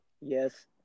Yes